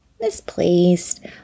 misplaced